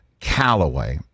Callaway